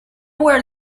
where